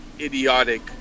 idiotic